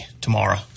tomorrow